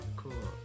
cool